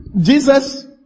Jesus